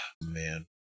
Man